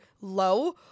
low